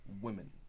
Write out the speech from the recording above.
women